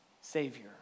savior